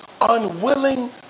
Unwilling